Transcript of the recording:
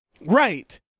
Right